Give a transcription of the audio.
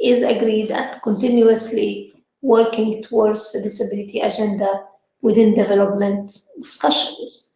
is agreed and continuously working towards the disability agenda within development discussions.